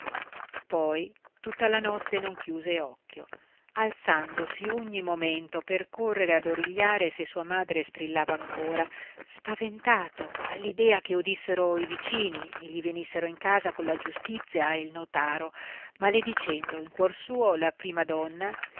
poi tutta la notte non chiuse occhio alzandosi ogni momento per correre ad origliare se sua madre strillava ancora spaventato all'idea che udissero i vicini e gli venissero in casa colla giustizia e il notaro maledicendo in cuor suo la prima donna